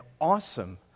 awesome